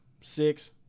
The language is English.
six